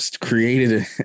created